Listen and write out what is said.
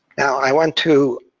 now i want to.